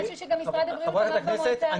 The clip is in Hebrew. וזה משהו שגם משרד הבריאות אמר במועצה הארצית.